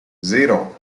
zero